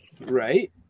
right